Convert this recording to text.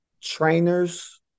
Trainers